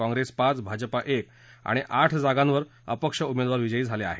काँप्रेस पाच भाजप एक आणि आठ जागांवर अपक्ष उमेदवार विजयी झाले आहेत